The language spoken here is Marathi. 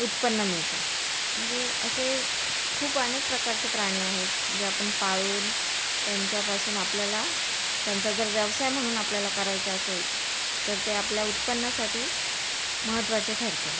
उत्पन्न मिळतं म्हणजे असे खूप अनेक प्रकारचे प्राणी आहेत जे आपण पाळून त्यांच्यापासून आपल्याला त्यांचा जर व्यवसाय म्हणून आपल्याला करायचा असेल तर ते आपल्या उत्पन्नासाठी महत्त्वाचे ठरतं